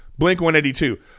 Blink182